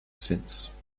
since